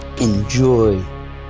enjoy